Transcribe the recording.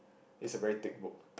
it's a very thick book